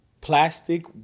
plastic